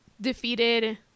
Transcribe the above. defeated